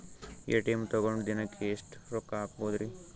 ATM ತಗೊಂಡ್ ದಿನಕ್ಕೆ ಎಷ್ಟ್ ರೊಕ್ಕ ಹಾಕ್ಬೊದ್ರಿ?